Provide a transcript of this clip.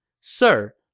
Sir